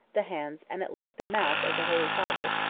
the hands, and at length the mouth, of the holy father,